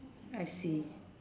I see